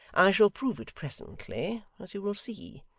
i shall prove it presently, as you will see.